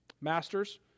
Masters